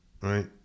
Right